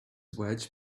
wedge